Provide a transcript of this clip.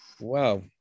wow